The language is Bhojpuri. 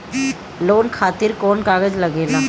लोन खातिर कौन कागज लागेला?